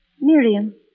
Miriam